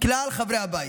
כלל חברי הבית: